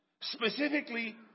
specifically